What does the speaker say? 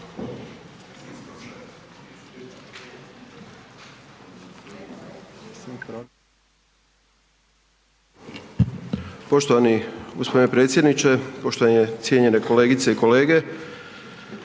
Poštovani gospodine predsjedniče, poštovani, cijenjene kolegice i kolege,